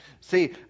See